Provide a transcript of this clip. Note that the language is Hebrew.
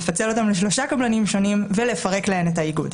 לפצל אותן לשלושה קבלנים שונים ולפרק להן את האיגוד.